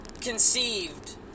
conceived